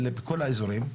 אלא בכל האזורים,